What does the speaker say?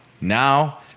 Now